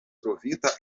trovita